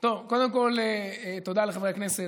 קודם כול, תודה לחברי הכנסת.